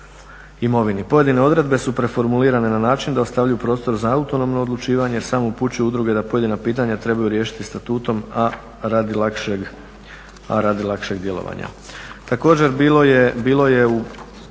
Pojedine odredbe su preformulirane na način da ostavljaju prostor za autonomno odlučivanje, samo upućuju udruge da pojedina pitanja trebaju riješiti statutom, a radi lakšeg djelovanja.